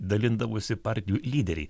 dalindavosi partijų lyderiai